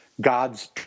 God's